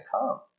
come